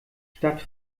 statt